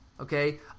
Okay